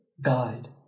guide